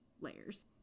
layers